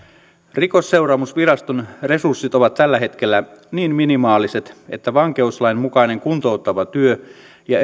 rikosseuraamusviraston resurssit ovat tällä hetkellä niin minimaaliset että vankeuslain mukaista kuntouttavaa työtä ja